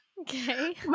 Okay